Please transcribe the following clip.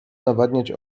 nawadniać